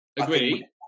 Agree